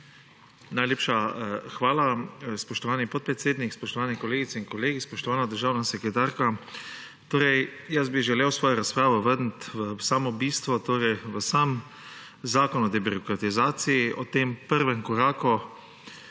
Najlepša hvala, spoštovani podpredsednik. Spoštovane kolegice in kolegi, spoštovana državna sekretarka! Torej, želel bi svojo razpravo vrniti v samo bistvo, torej v sam zakon o debirokratizaciji, o tem prvem koraku.